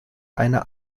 eine